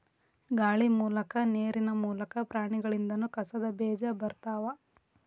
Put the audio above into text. ಗಾಳಿ ಮೂಲಕಾ ನೇರಿನ ಮೂಲಕಾ, ಪ್ರಾಣಿಗಳಿಂದನು ಕಸದ ಬೇಜಾ ಬರತಾವ